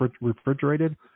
refrigerated